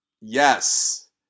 Yes